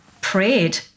prayed